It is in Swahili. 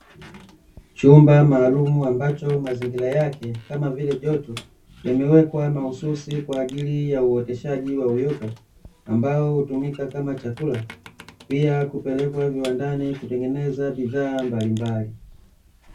Chumba maalumu ambacho mazingira yake kama vile joto yamewekwa mahususi kwa ajili ya uoteshaji wa uyoga ambao hutumika kama chakula pia kupelekwa viwandani kutengeneza bidhaa mbalimbali.